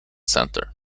center